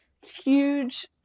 huge